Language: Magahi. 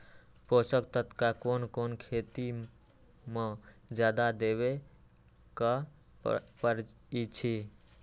पोषक तत्व क कौन कौन खेती म जादा देवे क परईछी?